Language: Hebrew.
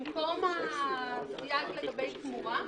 במקום הסייג לגבי תמורה,